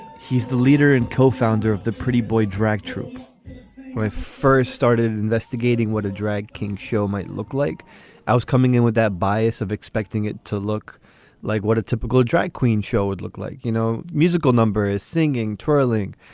he's the leader and co-founder of the pretty boy drag troupe when i first started investigating what a drag king show might look like i was coming in with that bias of expecting it to look like what a typical drag queen show would look like. you know musical numbers singing twirling.